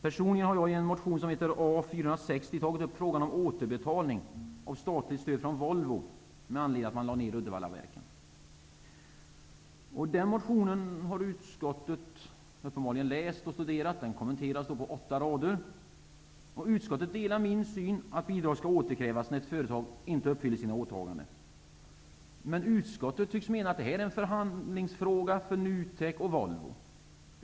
Personligen har jag i motion A460 tagit upp frågan om återbetalning av statligt stöd från Volvo med anledning av att man lade ned Uddevallaverken. Den motionen har utskottet uppenbarligen läst. Den kommenteras på åtta rader. Utskottet delar min syn, att bidrag skall återkrävas när ett företag inte uppfyller sina åtaganden. Men utskottet tycks mena att det här är en förhandlingsfråga för NUTEK och Volvo.